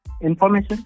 information